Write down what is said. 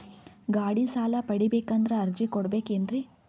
ಗಾಡಿ ಸಾಲ ಪಡಿಬೇಕಂದರ ಅರ್ಜಿ ಕೊಡಬೇಕೆನ್ರಿ?